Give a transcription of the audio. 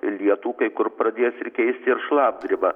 lietų kai kur pradės ir keisti ir šlapdriba